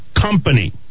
company